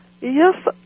Yes